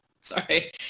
Sorry